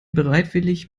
bereitwillig